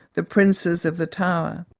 the princes of the tower.